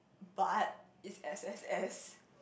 but is S_S_S